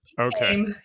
Okay